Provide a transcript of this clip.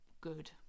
good